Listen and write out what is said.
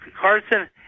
Carson